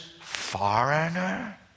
foreigner